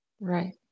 Right